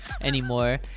anymore